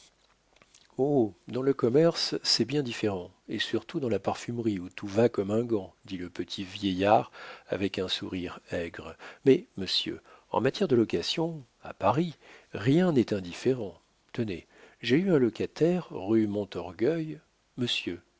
dans le commerce c'est bien différent et surtout dans la parfumerie où tout va comme un gant dit le petit vieillard avec un sourire aigre mais monsieur en matière de location à paris rien n'est indifférent tenez j'ai eu un locataire rue montorgueil monsieur